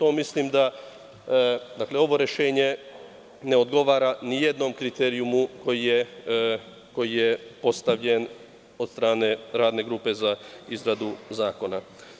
Ovo rešenje ne odgovara ni jednom kriterijumu koji je postavljen od strane radne grupe za izradu zakona.